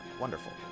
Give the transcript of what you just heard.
wonderful